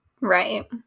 Right